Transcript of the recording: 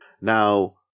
Now